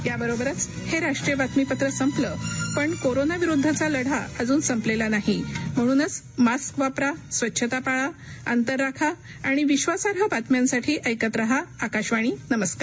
याबरोबरच हे राष्ट्रीय बातमीपत्र संपलं पण कोरोना विरुद्धचा लढा अजून संपलेला नाही म्हणूनच मास्क वापरा स्वच्छता पाळा अंतर राखा आणि विक्वासार्ह बातम्यांसाठी ऐकत रहा आकाशवाणी नमस्कार